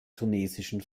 tunesischen